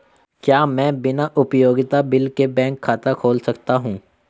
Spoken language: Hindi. क्या मैं बिना उपयोगिता बिल के बैंक खाता खोल सकता हूँ?